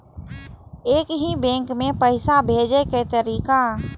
एक ही बैंक मे पैसा भेजे के तरीका?